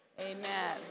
Amen